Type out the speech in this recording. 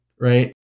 right